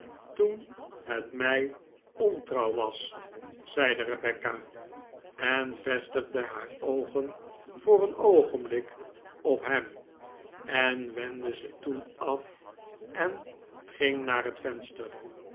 tocn het mij ontrouw was zcide rebecca en vestigde haar oogen voor een oogenblik op hem en wendde ze toen af en ging naar het venster